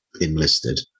enlisted